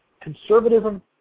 Conservatism